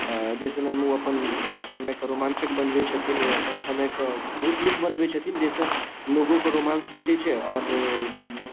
जाहि समयमे ओ अपन समयके रोमांचक बनबैत छथिन अपन समयकेँ बहुत नीक बनबैत छथिन जाहिसँ लोकोके रोमांस भेटैत छै आओर